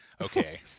Okay